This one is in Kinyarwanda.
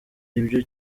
ibyo